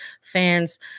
fans